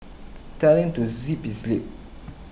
tell him to zip his lip